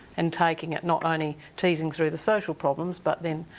and taking it, not only teasing through the social problems, but then,